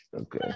Okay